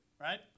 right